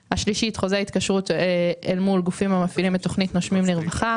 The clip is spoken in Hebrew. חוזה התקשרות אל מול גופים המפעילים את תוכנית נושמים לרווחה.